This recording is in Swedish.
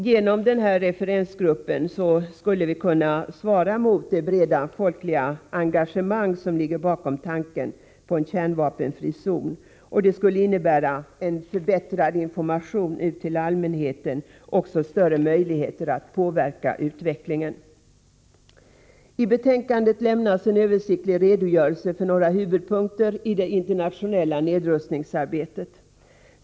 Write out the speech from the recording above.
Genom en referensgrupp skulle vi kunna svara mot det breda folkliga engagemang som ligger bakom tanken på en kärnvapenfri zon, och det skulle innebära en förbättrad information ut till allmänheten och också större möjligheter att påverka utvecklingen. I betänkandet lämnas en översiktlig redogörelse för några huvudpunkter i det internationella nedrustningsarbetet.